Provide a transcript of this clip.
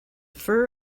fur